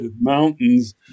mountains